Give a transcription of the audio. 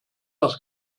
das